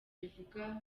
rivuga